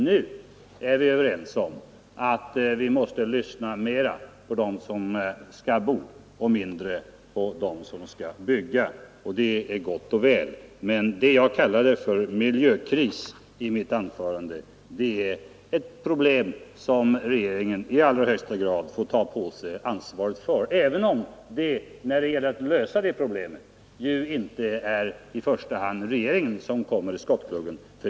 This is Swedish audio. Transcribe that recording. Nu är vi överens om att vi måste lyssna mera på dem som skall bo och inte bara på dem som skall bygga, och det är gott och väl. Men det jag i mitt anförande kallade för miljökris är ett problem som regeringen i allra högsta grad får ta på sig ansvaret för, även om det när det gäller att lösa det problemet inte i första hand är regeringen som kommer i skottgluggen.